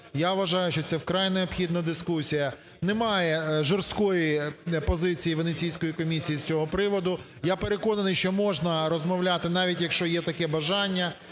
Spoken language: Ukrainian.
я вважаю, що це вкрай необхідна дискусія. Немає жорсткої позиції Венеційської комісії з цього приводу. Я переконаний, що можна розмовляти навіть, якщо є таке бажання.